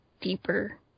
deeper